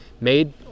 made